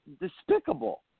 despicable